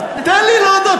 תן לי להודות,